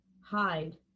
hide